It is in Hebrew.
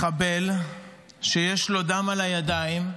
מחבל שיש לו דם על הידיים,